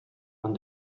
man